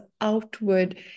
outward